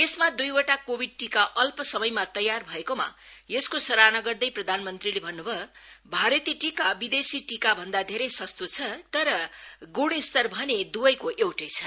देशमा दुईवटा कोविड टीका अल् समयमा तयार भएकोमा यसको सराहना गर्दै प्रधानमन्त्रीले अन्न् भयो भारतीय टीका विदेशी टीकाभन्दा धेरै सस्तो छ तर ग्णस्तर भने द्वैको एउटै छ